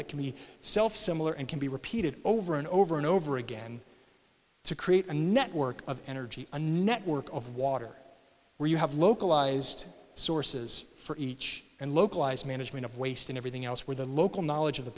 that can be self similar and can be repeated over and over and over again to create a network of energy a network of water where you have localized sources for each and localised management of waste and everything else where the local